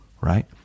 right